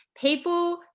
people